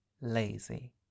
lazy